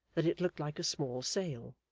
that it looked like a small sail.